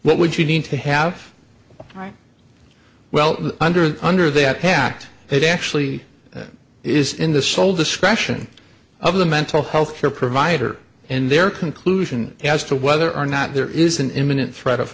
what would you need to have right well under the under that pact it actually is in the sole discretion of the mental health care provider in their conclusion as to whether or not there is an imminent threat of